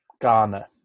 Ghana